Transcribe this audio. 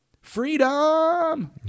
Freedom